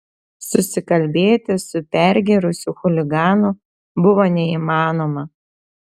susikalbėti su pergėrusiu chuliganu buvo neįmanoma